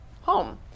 home